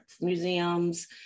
museums